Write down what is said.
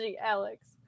Alex